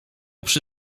przy